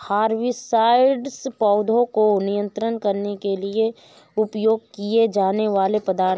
herbicides पौधों को नियंत्रित करने के लिए उपयोग किए जाने वाले पदार्थ हैं